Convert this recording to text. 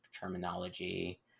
terminology